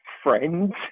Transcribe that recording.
friends